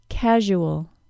Casual